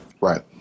Right